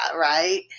right